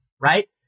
Right